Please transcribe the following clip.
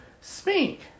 speak